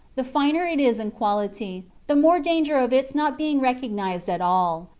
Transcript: the finer it is in quality, the more danger of its not being recognized at all.